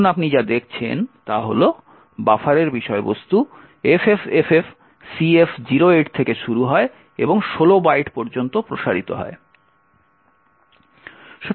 এখন আপনি যা দেখছেন তা হল বাফারের বিষয়বস্তু FFFFCF08 থেকে শুরু হয় এবং 16 বাইট পর্যন্ত প্রসারিত হয়